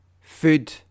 food